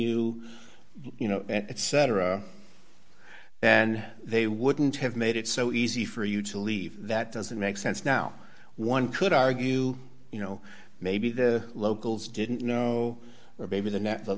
you you know and they wouldn't have made it so easy for you to leave that doesn't make sense now one could argue you know maybe the locals didn't know or maybe the